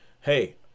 hey